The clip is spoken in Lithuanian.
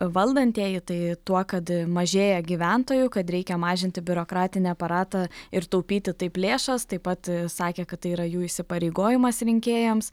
valdantieji tai tuo kad mažėja gyventojų kad reikia mažinti biurokratinį aparatą ir taupyti taip lėšas taip pat sakė kad tai yra jų įsipareigojimas rinkėjams